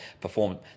perform